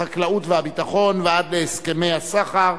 החקלאות והביטחון ועד הסכמי הסחר,